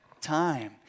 time